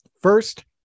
First